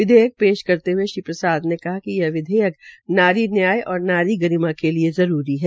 विधेयक पेश करते हये श्रीप्रसाद ने कहा कि यह विधेयक नारी नयाय और नारी गरिमा के लिये जरूरी है